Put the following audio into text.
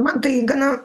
man tai gana